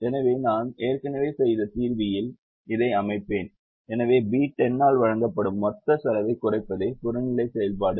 எனவே நான் ஏற்கனவே செய்த தீர்வியில் இதை அமைப்பேன் எனவே B10 ஆல் வழங்கப்படும் மொத்த செலவைக் குறைப்பதே புறநிலை செயல்பாடு